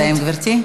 נא לסיים, גברתי.